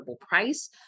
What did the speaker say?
price